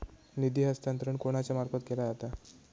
निधी हस्तांतरण कोणाच्या मार्फत केला जाता?